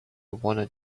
wanted